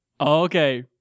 Okay